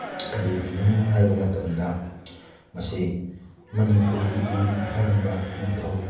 ꯀꯔꯤꯒꯤꯅꯣ ꯍꯥꯏꯕ ꯃꯇꯝꯗ ꯃꯁꯤ ꯃꯅꯤꯄꯨꯔꯒꯤꯗꯤ ꯑꯍꯥꯟꯕ ꯅꯤꯡꯊꯧ